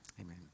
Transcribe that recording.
Amen